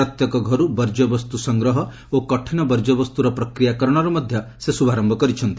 ପ୍ରତ୍ୟେକ ଘରୁ ବର୍ଯ୍ୟବସ୍ତୁ ସଂଗ୍ରହ ଓ କଠିନ ବର୍ଯ୍ୟବସ୍ତୁର ପ୍ରକ୍ରିୟାକରଣର ମଧ୍ୟ ସେ ଶୁଭାରମ୍ଭ କରିଛନ୍ତି